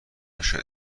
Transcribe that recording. شاید